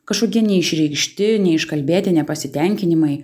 kažkokie neišreikšti neiškalbėti nepasitenkinimai